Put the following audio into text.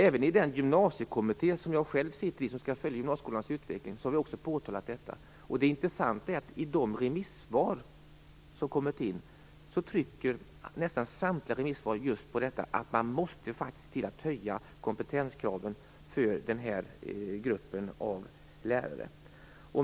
Även i den gymnasiekommitté som jag själv sitter med i och som skall följa gymnasieskolans utveckling har vi påtalat detta. Det intressanta är att det i nästan samtliga remissvar som inkommit trycks på just detta med att man faktiskt måste se till att kompetenskraven höjs för den här gruppen av lärare.